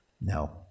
No